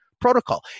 protocol